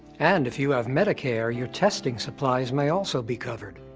and, if you have medicare, your testing supplies may also be covered.